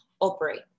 operate